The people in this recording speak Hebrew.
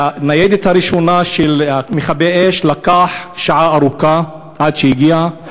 לניידת הראשונה של מכבי האש לקח שעה ארוכה להגיע.